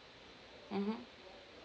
mmhmm